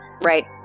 Right